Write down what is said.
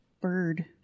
bird